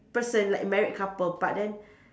person like married couple but then